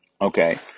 Okay